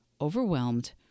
overwhelmed